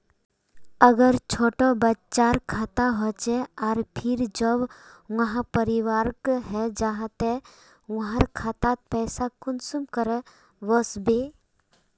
अगर छोटो बच्चार खाता होचे आर फिर जब वहाँ परिपक है जहा ते वहार खातात पैसा कुंसम करे वस्बे?